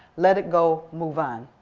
let it go, move on.